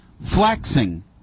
flexing